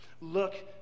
Look